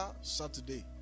Saturday